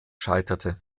scheiterte